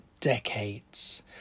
decades